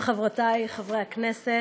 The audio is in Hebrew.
חברי וחברותי חברי הכנסת,